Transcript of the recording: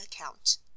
account